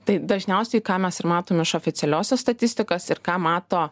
tai dažniausiai ką mes ir matom iš oficialiosios statistikos ir ką mato